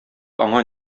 аңа